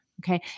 Okay